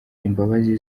imbabazi